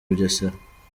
bugesera